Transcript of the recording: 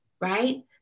right